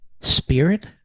spirit